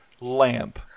lamp